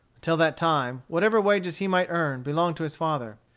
until that time, whatever wages he might earn belonged to his father.